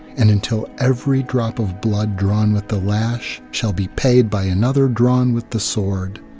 and until every drop of blood drawn with the lash shall be paid by another drawn with the sword,